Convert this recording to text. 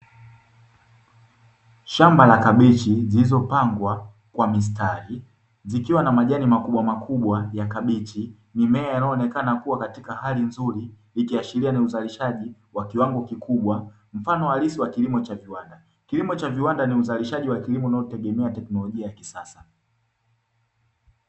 Shamba la kabichi zilizopangwa kwa mistari zikiwa na majani makubwamakubwa ya kabichi, mimea inayoonekana kua katika hali nzuri ikiashiria ni uzalishaji wa kiwango kikubwa mfano halisi wa kilimo cha viwanda. Kilimo cha viwanda ni uzalishaji wa kilimo unaotegemea teknolojia ya kisasa